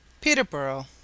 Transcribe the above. Peterborough